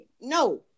No